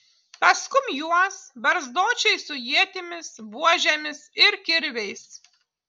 paskum juos barzdočiai su ietimis buožėmis ir kirviais